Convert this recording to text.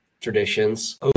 traditions